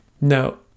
No